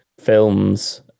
films